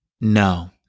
No